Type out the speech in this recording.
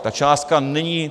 Ta částka není...